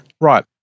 Right